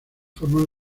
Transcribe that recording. forman